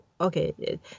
Okay